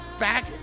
back